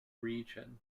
region